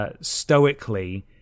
stoically